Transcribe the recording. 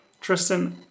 Tristan